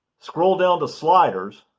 scroll down to sliders,